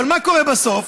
אבל מה קורה בסוף?